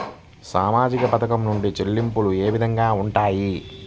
సామాజిక పథకం నుండి చెల్లింపులు ఏ విధంగా ఉంటాయి?